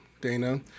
Dana